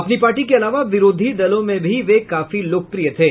अपनी पार्टी के अलावा विरोधी दलों में भी वे काफी लोकप्रिय थे